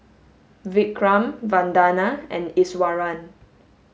Vikram Vandana and Iswaran